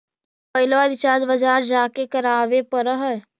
मोबाइलवा रिचार्ज बजार जा के करावे पर है?